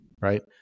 right